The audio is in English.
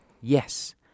Yes